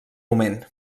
moment